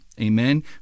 amen